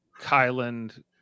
Kylan